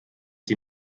sie